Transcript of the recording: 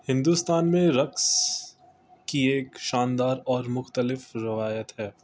ہندوستان میں رقص کی ایک شاندار اور مختلف روایت ہے